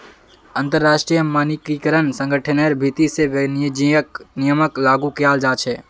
अंतरराष्ट्रीय मानकीकरण संगठनेर भीति से वाणिज्यिक नियमक लागू कियाल जा छे